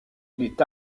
est